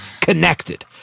connected